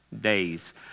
days